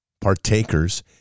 partakers